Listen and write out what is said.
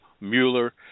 Mueller